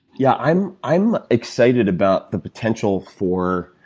yeah i'm i'm excited about the potential for